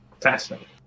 Fascinating